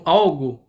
algo